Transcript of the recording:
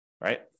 right